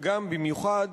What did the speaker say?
ובמיוחד